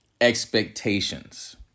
expectations